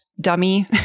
dummy